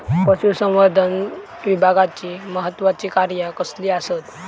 पशुसंवर्धन विभागाची महत्त्वाची कार्या कसली आसत?